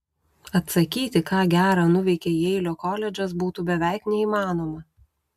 atsakyti ką gera nuveikė jeilio koledžas būtų beveik neįmanoma